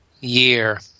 year